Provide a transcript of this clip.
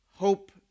Hope